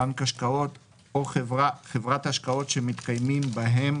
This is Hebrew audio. בנק השקעות או חברת השקעות שמתקיימים בהם